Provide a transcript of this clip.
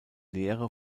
lehre